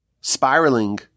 spiraling